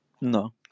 No